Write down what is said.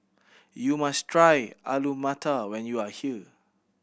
you must try Alu Matar when you are here